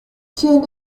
tsjin